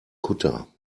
kutter